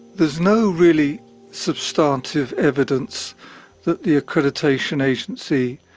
there's no really substantive evidence that the accreditation agency,